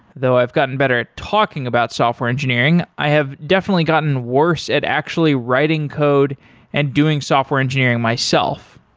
though i've gotten better at talking about software engineering, i have definitely gotten worse at actually writing code and doing software engineering myself.